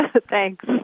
Thanks